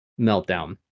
meltdown